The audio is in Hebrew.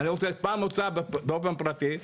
פעם הוצאה באופן פרטי,